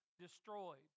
destroyed